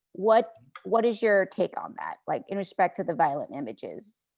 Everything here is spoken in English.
what what is your take on that, like in respect to the violent images.